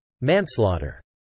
Manslaughter